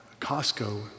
Costco